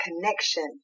connection